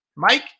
Mike